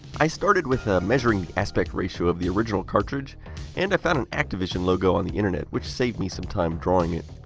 i started with measuring the aspect ratio of the original cartridge and i found an activision logo on the internet, which saved me some time drawing it.